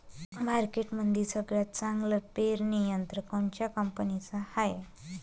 मार्केटमंदी सगळ्यात चांगलं पेरणी यंत्र कोनत्या कंपनीचं हाये?